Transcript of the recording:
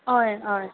हय हय